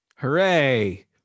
hooray